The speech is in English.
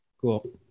Cool